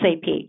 SAP